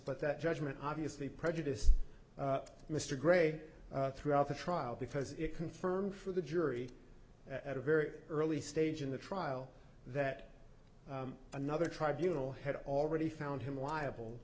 but that judgment obviously prejudiced mr gray throughout the trial because it confirmed for the jury at a very early stage in the trial that another tribunals had already found him liable